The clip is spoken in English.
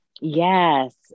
yes